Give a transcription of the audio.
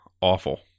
awful